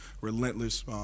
relentless